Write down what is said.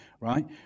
right